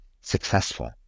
successful